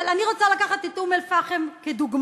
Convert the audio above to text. אבל אני רוצה לקחת את אום-אלפחם כדוגמה,